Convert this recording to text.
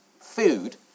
food